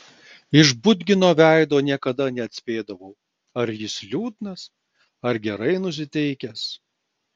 iš budgino veido niekada neatspėdavau ar jis liūdnas ar gerai nusiteikęs